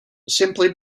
simply